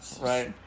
right